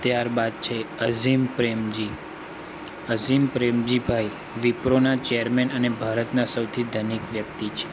ત્યારબાદ છે અઝીમ પ્રેમજી અઝીમ પ્રેમજીભાઈ વિપ્રોના ચેરમેન અને ભારતના સૌથી ધનિક વ્યક્તિ છે